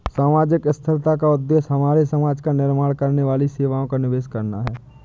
सामाजिक स्थिरता का उद्देश्य हमारे समाज का निर्माण करने वाली सेवाओं का निवेश करना है